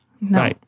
No